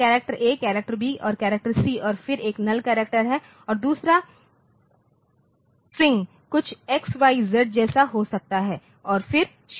character A character B और character C और फिर एक नल्ल करैक्टर है और दूसरा स्ट्रिंग कुछ X Y Z W जैसा हो सकता है और फिर 0